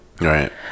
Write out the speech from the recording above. Right